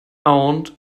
owned